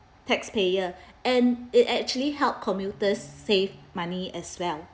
taxpayer and it actually help commuters save money as well